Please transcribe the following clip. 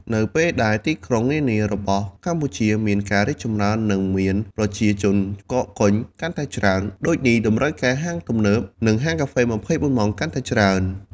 នៅពេលដែលទីក្រុងនានារបស់កម្ពុជាមានការរីកចម្រើន និងមានប្រជាជនកកកុញកាន់តែច្រើន ដូចនេះតម្រូវការហាងទំនើប និងហាងកាហ្វេ ២៤ម៉ោងកាន់តែច្រើន។